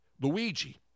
Luigi